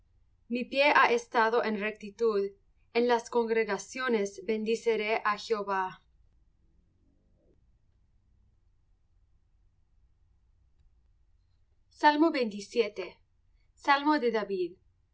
mi pie ha estado en rectitud en las congregaciones bendeciré á jehová salmo de